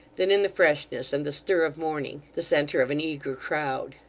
than in the freshness and the stir of morning the centre of an eager crowd.